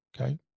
okay